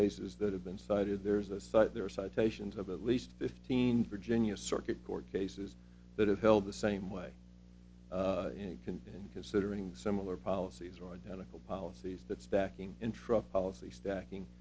cases that have been cited there's a site there are citations of at least fifteen virginia circuit court cases that have held the same way and can considering similar policies or identical policies that's backing in truck policy stacking